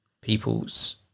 people's